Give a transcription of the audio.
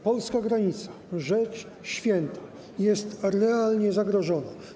Polska granica, rzecz święta, jest realnie zagrożona.